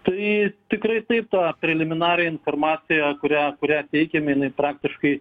tai tikrai taip tą preliminarią informaciją kurią kurią teikiame jinai praktiškai